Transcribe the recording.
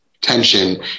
tension